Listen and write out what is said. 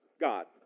God